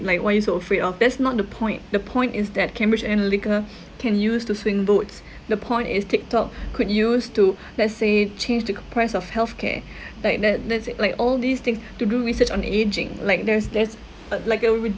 like what you so afraid of that's not the point the point is that cambridge analytica can use to swing votes the point is tiktok could use to let's say change the price of health care like that let's say like all these things to do research on aging like there's there's uh like a